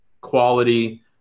quality